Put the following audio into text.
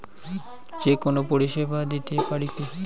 যে কোনো পরিষেবা দিতে পারি কি?